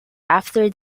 after